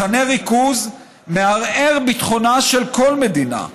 מחנה ריכוז מערער ביטחונה של כל מדינה.